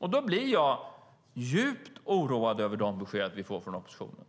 Jag blir djupt oroad över de besked vi får från oppositionen.